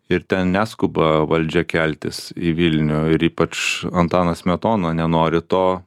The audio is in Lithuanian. ir ten neskuba valdžia keltis į vilnių ir ypač antanas smetona nenori to